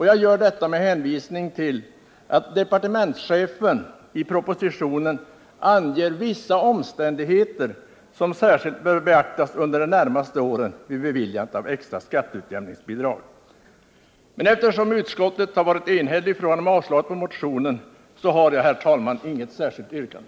Jag gör detta med hänvisning till att departementschefen i propositionen anger vissa omständigheter som särskilt bör beaktas under de närmaste åren vid beviljandet av extra skatteutjämningsbidrag. Men eftersom utskottet har varit enigt i sitt beslut att avstyrka motionen har jag, herr talman, inget särskilt yrkande.